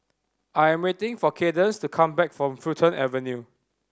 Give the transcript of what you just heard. I'm waiting for Cadence to come back from Fulton Avenue